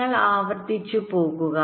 നിങ്ങൾ ആവർത്തിച്ച് പോകുക